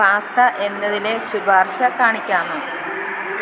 pasta എന്നതിലെ ശുപാർശ കാണിക്കാമോ